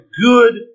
good